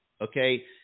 Okay